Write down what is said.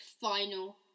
final